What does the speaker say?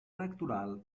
electoral